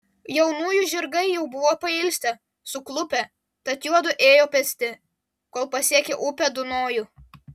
jaunųjų žirgai jau buvo pailsę suklupę tad juodu ėjo pėsti kol pasiekė upę dunojų